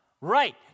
Right